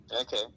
Okay